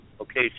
okay